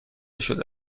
شده